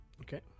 okay